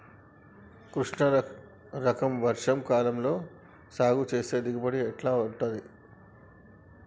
కృష్ణ రకం వర్ష కాలం లో సాగు చేస్తే దిగుబడి ఎట్లా ఉంటది?